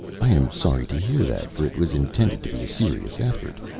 i am sorry to hear that, for it was intended to be a serious effort.